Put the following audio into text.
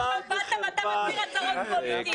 עכשיו באת ואתה מתחיל בהצהרות פוליטיות.